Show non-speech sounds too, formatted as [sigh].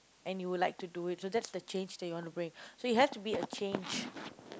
and you would like to do it so that's the change that you wanna bring so it has to be a change [noise]